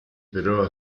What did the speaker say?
però